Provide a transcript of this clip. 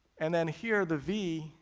and then here, the v,